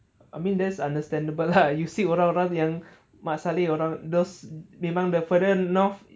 I mean that's understandable lah you see orang-orang yang mat salleh orang those memang the further north